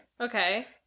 Okay